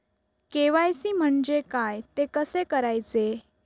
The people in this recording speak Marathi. के.वाय.सी म्हणजे काय? ते कसे करायचे?